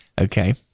Okay